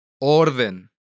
Orden